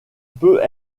peut